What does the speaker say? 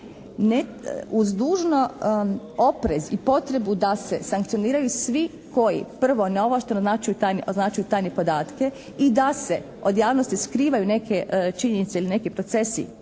uz dužno oprez i potrebu da se sankcioniraju svi koji prvo neovlašteno označuju tajne podatke i da se od javnosti skrivaju neke činjenice ili neki procesi